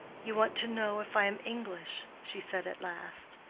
you want to know if i am english? she said at last,